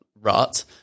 rut